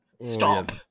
stop